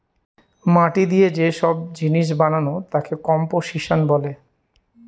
মাটি দিয়ে যে সব জিনিস বানানো তাকে কম্পোসিশন বলে